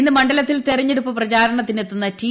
ഇന്ന് മണ്ഡലത്തിൽ തെരഞ്ഞെടുപ്പ് പ്രചാരണത്തിനെത്തുന്ന റ്റി